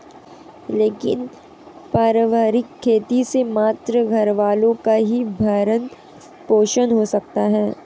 लेकिन पारिवारिक खेती से मात्र घरवालों का ही भरण पोषण हो सकता है